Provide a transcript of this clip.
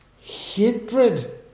hatred